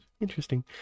interesting